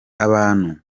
abantu